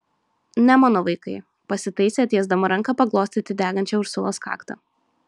ne mano vaikai pasitaisė tiesdama ranką paglostyti degančią ursulos kaktą